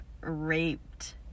raped